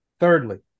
Thirdly